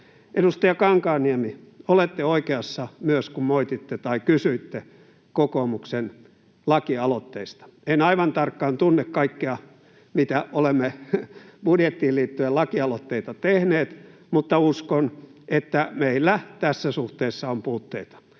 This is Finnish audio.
Edustaja Kankaanniemi, olette oikeassa myös, kun kysyitte kokoomuksen lakialoitteista. En aivan tarkkaan tunne kaikkea, mitä olemme budjettiin liittyen lakialoitteita tehneet, mutta uskon, että meillä tässä suhteessa on puutteita.